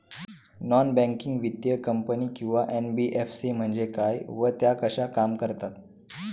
Non banking वित्तीय company किंवा NBFC म्हणजे काय व त्या कशा काम करतात?